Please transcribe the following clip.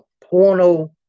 porno